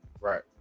right